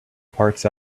parts